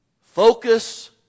Focus